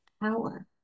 power